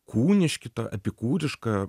kūniški ta epikūriška